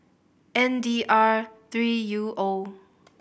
N D R three U O